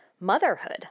motherhood